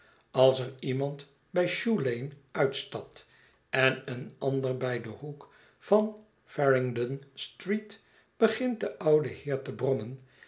als er iemand bij shoe lane uitstapt en een ander bij den hoek van farringdon street begint de oude heer te brommen